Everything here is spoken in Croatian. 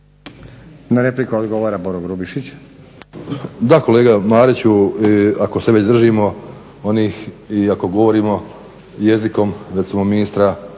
Na repliku odgovara Boro Grubišić. **Marić, Goran (HDZ)** Da, kolega Mariću, ako se već držimo onih i ako govorimo jezikom recimo ministra